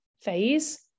phase